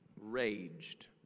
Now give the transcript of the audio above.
raged